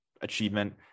achievement